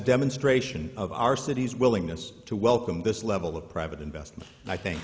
demonstration of our city's willingness to welcome this level of private investment and i think